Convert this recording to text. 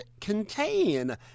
contain